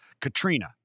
Katrina